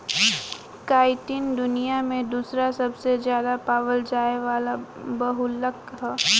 chitin दुनिया में दूसरा सबसे ज्यादा पावल जाये वाला बहुलक ह